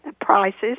prices